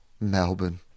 Melbourne